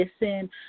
listen